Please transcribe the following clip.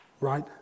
right